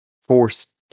Forced